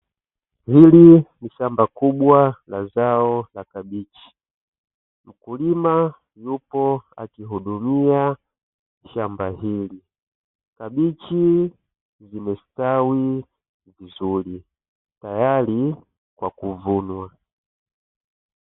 Hili ni shamba kubwa la zao la kabichi, mkulima yupo akihudumia shamba hili, kabichi zime stawi vizuri tayari kwa kuvunwa.